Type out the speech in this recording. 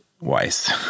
wise